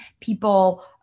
people